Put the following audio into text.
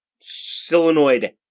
solenoid